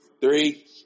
three